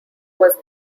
was